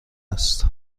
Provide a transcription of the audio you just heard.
است